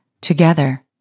Together